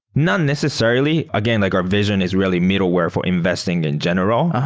not necessarily. again, like our vision is really middleware for investing in general.